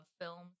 films